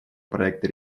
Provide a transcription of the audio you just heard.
проекта